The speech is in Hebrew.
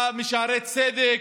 משערי צדק,